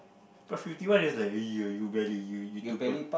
but fifty one is like you very you you took lah